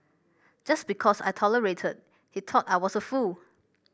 just because I tolerated he thought I was a fool